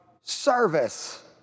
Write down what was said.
service